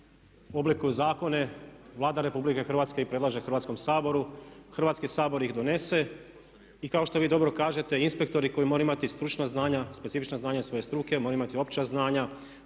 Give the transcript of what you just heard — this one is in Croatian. oblikuju zakone, Vlada Republike Hrvatske ih predlaže Hrvatskom saboru, Hrvatski sabor ih donese i kao što vi dobro kažete inspektori koji moraju imati stručna znanja, specifična znanja iz svoje struke moraju imati i opća znanja